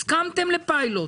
לפיילוט.